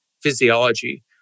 physiology